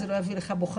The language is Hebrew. זה לא יביא לך בוחרים,